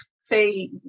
say